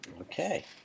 Okay